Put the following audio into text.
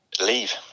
leave